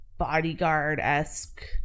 bodyguard-esque